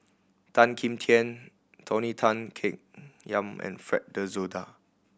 Tan Kim Tian Tony Tan Keng Yam and Fred De Souza